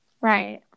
Right